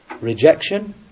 rejection